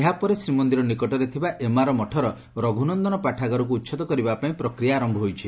ଏହା ପରେ ଶ୍ରୀମନ୍ଦିର ନିକଟରେ ଥିବା ଏମାର ମଠର ରଘୁନନ୍ଦନ ପାଠାଗାରକୁ ଉଛେଦ କରିବା ପାଇଁ ପ୍ରକ୍ରିୟା ଆର ହୋଇଛି